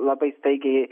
labai staigiai